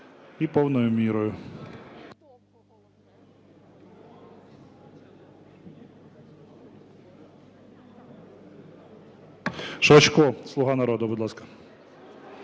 і повною мірою. Швачко, "Слуга народу", будь ласка.